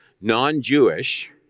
non-Jewish